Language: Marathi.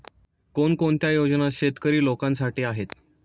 कोणकोणत्या योजना शेतकरी लोकांसाठी आहेत?